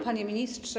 Panie Ministrze!